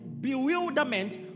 bewilderment